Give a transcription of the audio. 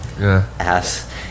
ass